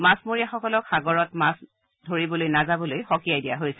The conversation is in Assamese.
মাছমৰীয়াসকলক সাগৰত মাছ ধৰিবলৈ নাযাবলৈ সকীয়াই দিয়া হৈছে